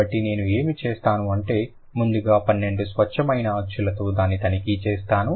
కాబట్టి నేను ఏమి చేస్తాను అంటే ముందుగా 12 స్వచ్ఛమైన అచ్చులతో దాన్ని తనిఖీ చేస్తాను